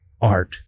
art